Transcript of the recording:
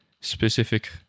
specific